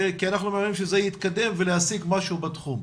כי אנחנו מעוניינים שזה יתקדם ולהשיג משהו בתחום.